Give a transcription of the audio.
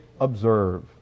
observe